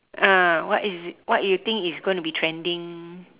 ah what is what you think is going to be trending